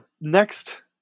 next